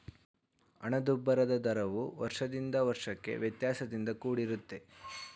ಹಣದುಬ್ಬರದ ದರವು ವರ್ಷದಿಂದ ವರ್ಷಕ್ಕೆ ವ್ಯತ್ಯಾಸದಿಂದ ಕೂಡಿರುತ್ತೆ